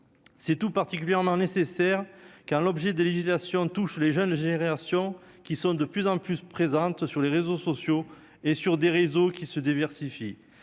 c'est tout particulièrement nécessaire car l'objet de législation touche les jeunes générations qui sont de plus en plus présentes sur les réseaux sociaux et sur des réseaux qui se diversifient,